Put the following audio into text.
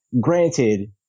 granted